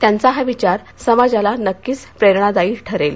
त्यांचा हा विचार समाजाला नक्कीच प्रेरणा देईल